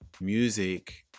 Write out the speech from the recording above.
music